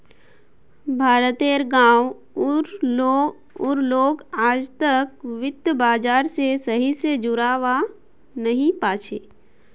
भारत तेर गांव उर लोग आजतक वित्त बाजार से सही से जुड़ा वा नहीं पा छे